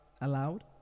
allowed